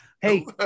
Hey